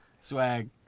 Swag